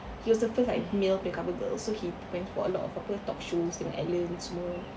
he was the first like male punya cover girl so he went for a lot of apa talk shows dengan ellen semua